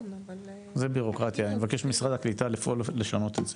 אני מבקש ממשרד הקליטה לפעול לשנות את זה.